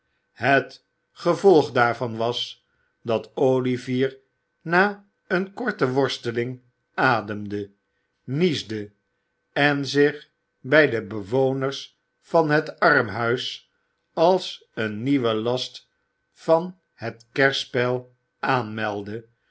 het gevolg daarvan was dat olivier na eene korte worsteling ademde niesde en zich bij de bewoners van het armhuis als een nieuwen last van het kerspel aanmeldde